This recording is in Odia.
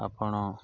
ଆପଣ